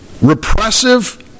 repressive